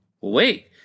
Wait